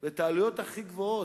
את העלויות הכי גבוהות,